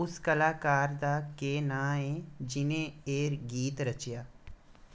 उस कलाकार दा केह् नांऽ ऐ जि'न्नै एह् गीत रचेआ